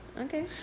Okay